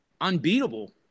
unbeatable